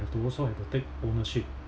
have to also have to take ownership